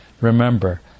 Remember